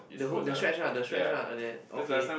the whole the stretch ah the stretch ah that okay